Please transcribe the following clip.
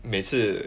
每次